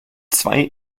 zwei